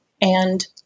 and-